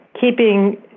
keeping